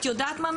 את יודעת מה,